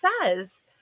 says